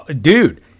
dude